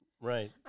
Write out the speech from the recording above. Right